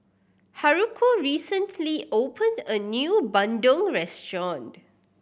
Haruko recently opened a new bandung restaurant